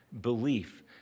belief